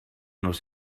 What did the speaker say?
los